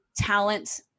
talent